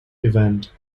event